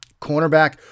cornerback